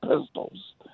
pistols